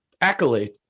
accolade